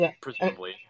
presumably